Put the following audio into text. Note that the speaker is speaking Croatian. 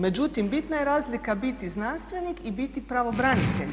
Međutim, bitna je razlika biti znanstvenik i biti pravobranitelj.